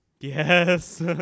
yes